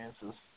chances